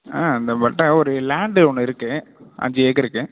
ஆ இந்த வட்டா ஒரு லேண்டு ஒன்று இருக்கு அஞ்சு ஏக்கர்ருக்கு